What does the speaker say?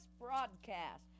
broadcast